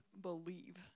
believe